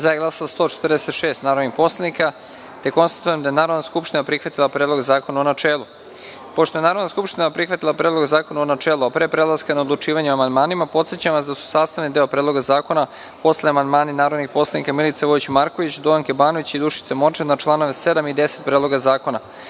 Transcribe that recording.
prisutnih 154 narodnih poslanika. Konstatujem da je Narodna skupština prihvatila Predlog zakona, u načelu. Pošto je Narodna skupština prihvatila Predlog zakona u načelu, a pre prelaska na odlučivanje o amandmanima, podsećam vas da su sastavni deo Predloga zakona postali amandmani narodnih poslanika Milice Vojić Marković, Donke Banović i Dušice Morčev, na članove 7. i 10. Predloga